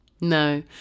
no